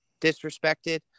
disrespected